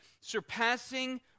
surpassing